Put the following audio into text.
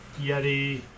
Yeti